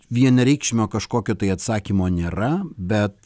vienareikšmio kažkokio tai atsakymo nėra bet